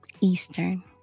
Eastern